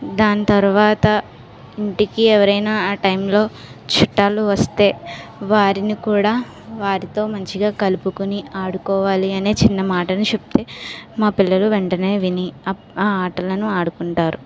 దాని తర్వాత ఇంటికి ఎవరైనా ఆ టైమ్లో చుట్టాలు వస్తే వారిని కూడా వారితో మంచిగా కలుపుకొని ఆడుకోవాలి అనే చిన్న మాటను చెప్తే మా పిల్లలు వెంటనే విని ఆటలను ఆడుకుంటారు